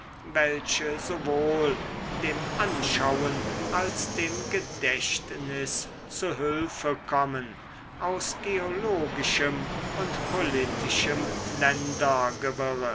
welche sowohl dem anschauen als dem gedächtnis zu hülfe kommen aus geologischem und politischem